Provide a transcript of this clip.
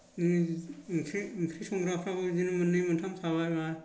बिदिनो ओंख्रि संग्राफ्राबो बिदिनो मोननै मोनथाम थाबाय मा